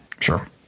Sure